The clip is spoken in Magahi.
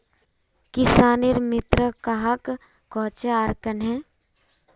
किसानेर मित्र कहाक कोहचे आर कन्हे?